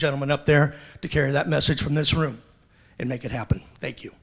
gentleman up there to carry that message from this room and make it happen thank you